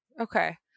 Okay